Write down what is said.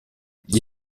gli